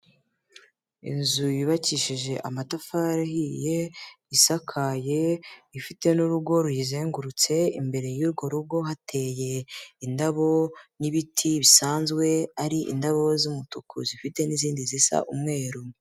Inzu yubakishije amatafari ahiye, isakaye, ifite n'urugo ruyizengurutse imbere y'urwo rugo hateye indabo n'ibiti bisanzwe ari indabo z'umutuku zifite n'izindi zisa umweru.